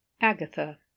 Agatha